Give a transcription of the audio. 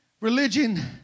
religion